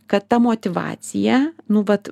kad ta motyvacija nu vat